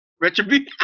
Retribution